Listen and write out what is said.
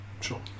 sure